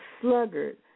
sluggard